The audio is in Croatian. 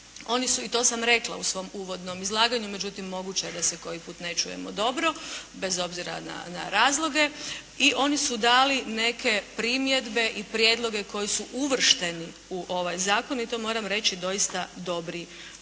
Oni su, i to sam rekla u svom uvodnom izlaganju, međutim moguće je da se koji put ne čujemo dobro bez obzira na razloge i oni su dali neke primjedbe i prijedloge koji su uvršteni u ovaj zakon i to moram reći doista dobri